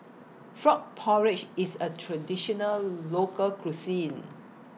Frog Porridge IS A Traditional Local Cuisine